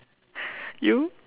you